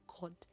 god